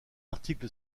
articles